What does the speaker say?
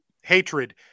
hatred